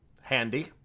Handy